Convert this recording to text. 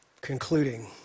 Concluding